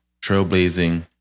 Trailblazing